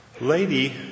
lady